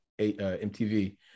MTV